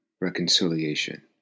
reconciliation